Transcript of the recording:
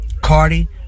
Cardi